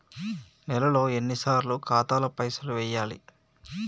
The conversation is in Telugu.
నెలలో ఎన్నిసార్లు ఖాతాల పైసలు వెయ్యాలి?